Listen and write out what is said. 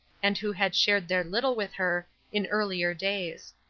and who had shared their little with her in earlier days.